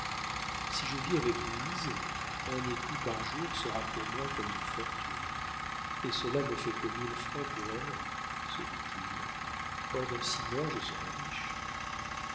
si je vis avec louise un écu par jour sera pour moi comme une fortune et cela ne fait que mille francs pour un an se dit-il or dans six mois je serai riche